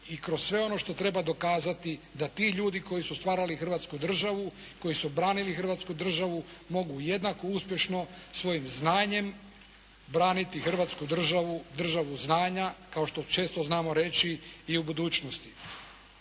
i kroz sve ono što treba dokazati da ti ljudi koji su stvarali Hrvatsku državu, koji su branili Hrvatsku državu mogu jednako uspješno svojim znanjem braniti Hrvatsku državu, državu znanja kao što često znamo reći i u budućnosti.